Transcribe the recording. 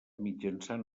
mitjançant